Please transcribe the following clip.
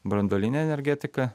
branduolinė energetika